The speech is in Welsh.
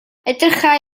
edrychai